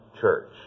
church